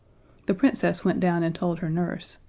the princess went down and told her nurse,